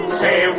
say